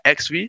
XV